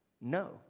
No